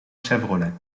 chevrolet